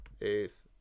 eighth